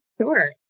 Sure